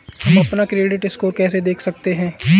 हम अपना credit score कैसे देख सकते हैं?